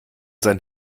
sein